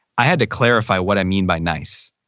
i had to clarify what i mean by nice.